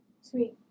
Sweet